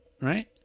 right